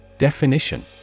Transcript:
Definition